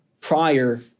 prior